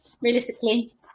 realistically